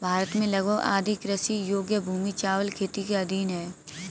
भारत में लगभग आधी कृषि योग्य भूमि चावल की खेती के अधीन है